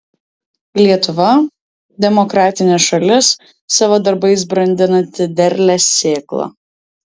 lietuva demokratinė šalis savo darbais brandinanti derlią sėklą